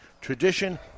tradition